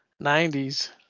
90s